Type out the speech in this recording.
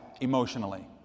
emotionally